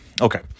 okay